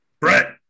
brett